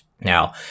Now